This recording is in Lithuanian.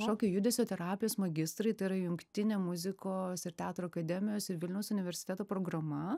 šokio judesio terapijos magistrai tai yra jungtinė muzikos ir teatro akademijos ir vilniaus universiteto programa